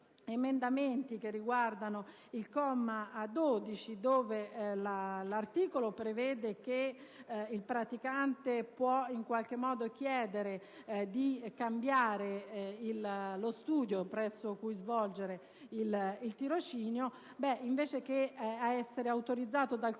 emendamenti che riguardano il comma 12 dell'articolo 39, che il praticante possa chiedere di cambiare lo studio presso cui svolgere il tirocinio; invece che essere autorizzato dal Consiglio